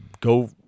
go